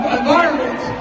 environment